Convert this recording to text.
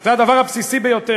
זה הדבר הבסיסי ביותר.